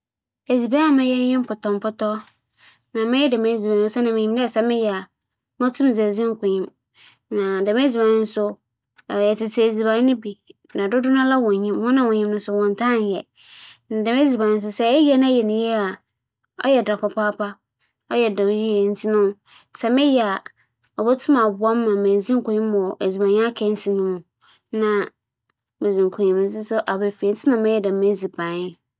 Nkyɛ mirisi akan wͻ edziban noa mu a, edziban a mobͻnoa nye "waakye". Na mowͻ enyisom dɛ emi na mebedzi kan anaa medzi konyim osiandɛ "waakye" edziban ahͻho biara wofifi aman aman nyinara ba Ghana ha no, wͻbɛka na wͻsͻ hwɛ a, dza wͻka nye dɛ dɛm edziban yi onnyi saso. Dɛm saso ntsi na mobͻnoa dɛm edziban yi.